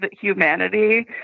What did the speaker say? humanity